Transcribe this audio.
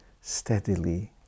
steadily